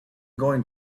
going